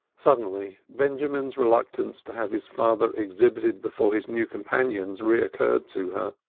suddenly benjamin's reluctance to have his father exhibited before his new companions recurred to her